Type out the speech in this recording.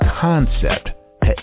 concept